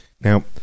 Now